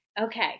okay